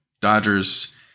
Dodgers